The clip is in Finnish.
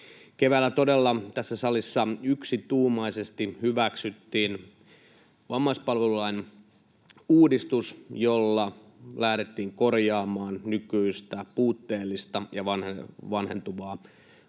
Keväällä todella tässä salissa yksituumaisesti hyväksyttiin vammaispalvelulain uudistus, jolla lähdettiin korjaamaan nykyistä puutteellista ja vanhentunutta